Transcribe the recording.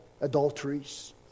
Adulteries